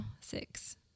Six